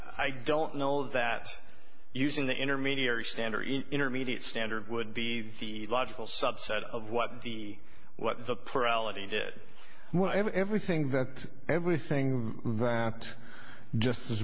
i don't know that using the intermediary standard intermediate standard would be the logical subset of what the what the prelate he did everything that everything that just his